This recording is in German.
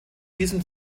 diesem